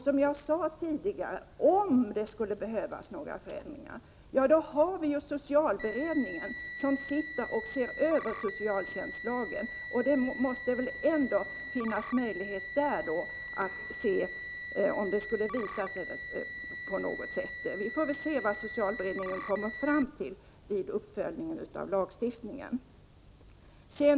Som jag sade tidigare ser socialberedningen över socialtjänstlagen och tittar alltså på om det behövs några förändringar. Vi får väl se vad socialberedningen kommer fram till vid uppföljningen av lagstiftningen.